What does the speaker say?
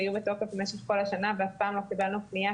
היו בתוקף במשך כל השנה ואף פעם לא קיבלנו פנייה